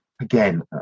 again